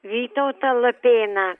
vytautą lapėną